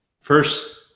First